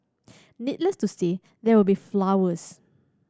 needless to say there will be flowers